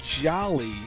jolly